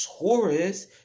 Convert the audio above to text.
Taurus